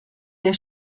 der